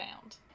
found